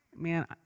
man